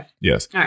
yes